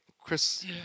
Chris